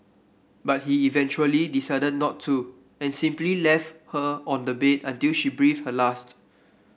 but he eventually decided not to and simply left her on the bed until she breathed her last